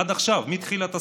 עד עכשיו מתחילת הסגר,